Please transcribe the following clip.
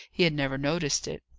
he had never noticed it.